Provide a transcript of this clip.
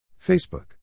Facebook